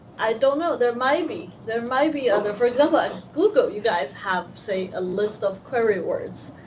i don't know. there may be there may be other. for example, at google, you guys have, say, a list of query words,